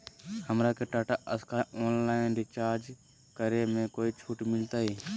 हमरा के Tata Sky online recharge करे में कोई छूट मिलतई